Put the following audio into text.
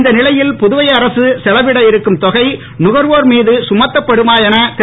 இந்த நிலையில் புதுவை அரசு செலவிட இருக்கும் தொகை நுகர்வோர் மீது கமத்தப்படுமா என திரு